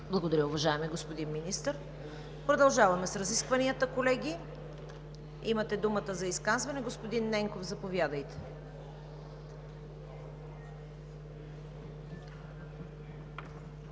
Благодаря, уважаеми господин Министър. Колеги, продължаваме с разискванията. Имате думата за изказване – господин Ненков, заповядайте.